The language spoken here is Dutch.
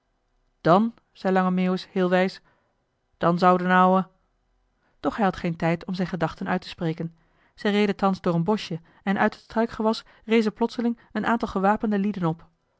dan zei lange meeuwis heel wijs dan zou d'n ouwe doch hij had geen tijd om zijn gedachten uit te spreken zij reden thans door een boschje en uit het struikgewas rezen plotseling een aantal gewapende lieden op